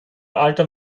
alter